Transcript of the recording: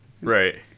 Right